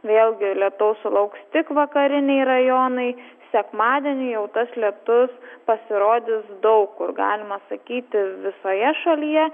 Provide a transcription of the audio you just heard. vėlgi lietaus sulauks tik vakariniai rajonai sekmadienį jau tas lietus pasirodys daug kur galima sakyti visoje šalyje